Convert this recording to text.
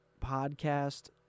podcast